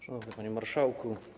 Szanowny Panie Marszałku!